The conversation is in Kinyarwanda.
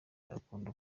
bakunda